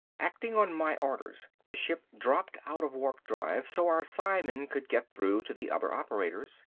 acting on my orders the ship dropped out of warpdrive so our psiman could get through to the other operators.